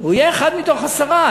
הוא יהיה אחד מתוך עשרה,